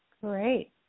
Great